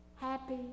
happy